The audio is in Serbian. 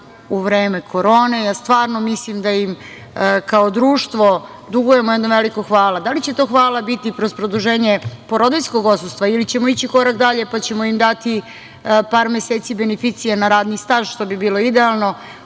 u vreme korone. Stvarno, ja mislim da im kao društvo dugujemo jedno veliko hvala. Da li će to hvala biti kroz produženje porodiljskog odsustva ili ćemo ići korak dalje, pa ćemo im dati par meseci beneficije na radni staž, što bi bilo idealno,